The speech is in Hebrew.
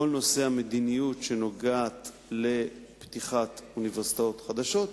כל נושא המדיניות שנוגעת לפתיחת אוניברסיטאות חדשות,